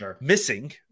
missing